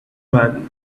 man